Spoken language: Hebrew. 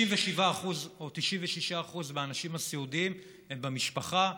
97% או 96% מהאנשים הסיעודיים הם במשפחה,